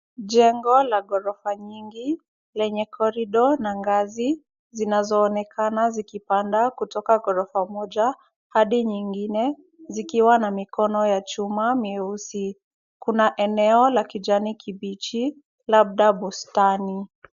Jengo la ghorofa nyingi lenye corridor na ngazi zinazoonekana zikipanda kutoka ghorofa moja hadi nyingine, zikiwa na mikono ya chuma mieusi. Kuna eneo la kijani kibichi labda bustani.